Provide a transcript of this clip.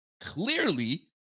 Clearly